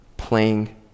playing